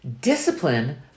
Discipline